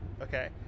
Okay